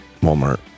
Walmart